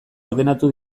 ordenatu